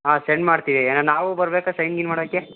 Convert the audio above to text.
ಹಾಂ ಸೆಂಡ್ ಮಾಡ್ತೀವಿ ಏನು ನಾವೂ ಬರಬೇಕಾ ಸೈನ್ ಗೀನ್ ಮಾಡೋಕ್ಕೆ